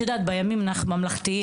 אנחנו ממלכתיים.